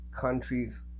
countries